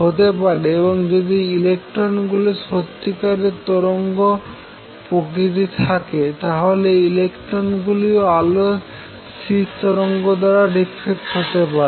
হতে পারে এবং যদি ইলেকট্রন গুলির সত্যিকারে তরঙ্গের প্রকৃতি থাকে তাহলে ইলেকট্রনও আলোর স্থির তরঙ্গ দ্বারা ডিফ্রাক্ট হতে পারবে